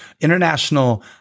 International